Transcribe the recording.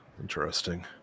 Interesting